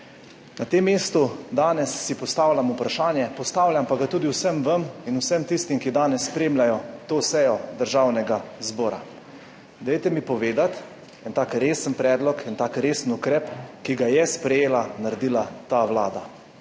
Na tem mestu danes si postavljam vprašanje, postavljam pa ga tudi vsem vam in vsem tistim, ki danes spremljajo to sejo Državnega zbora. Dajte mi povedati en tak resen predlog, en tak resen ukrep, ki ga je sprejela, naredila ta vlada?